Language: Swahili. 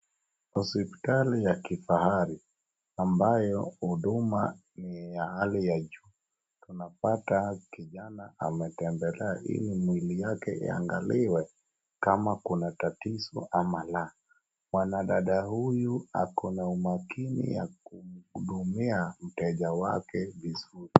Hospitali ya kifahari ambayo huduma ni ya hali ya juu, unapata kijana ametembelea ili mwili yake iangaliwe kama kuna tatizo ama la, mwanadada huyu ako na umakini wa kuhudumia mteja wake vizuri.